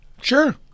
Sure